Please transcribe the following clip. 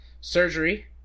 surgery